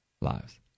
lives